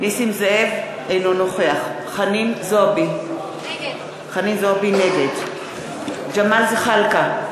אינו נוכח חנין זועבי, נגד ג'מאל זחאלקה,